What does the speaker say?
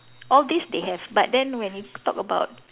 all these they have but then when you talk about